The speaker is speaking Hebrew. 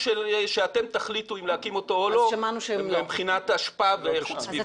שאתם תחליטו אם להקים אותו או לא מבחינת אשפה ואיכות סביבה.